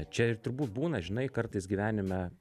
čia ir turbūt būna žinai kartais gyvenime